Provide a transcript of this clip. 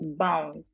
bound